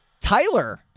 Tyler